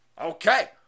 Okay